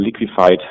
liquefied